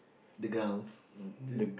the grounds